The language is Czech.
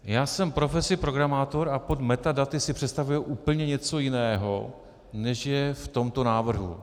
Já jsem profesí programátor a pod metadaty si představuji úplně něco jiného, než je v tomto návrhu.